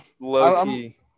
Low-key